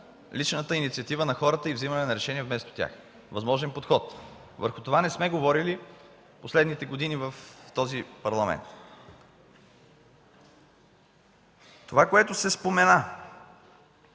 личната инициатива на хората и вземане на решения вместо тях. Възможен подход. Върху това не сме говорили в последните години в този Парламент. Това, което се спомена,